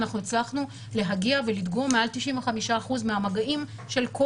הצלחנו להגיע ולדגום מעל 95% מהמגעים של כל